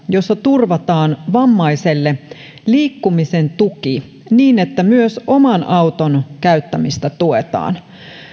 jossa turvataan vammaiselle liikkumisen tuki niin että myös oman auton käyttämistä tuetaan